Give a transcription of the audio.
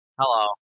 Hello